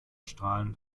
strahlend